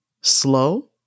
slow